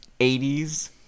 80s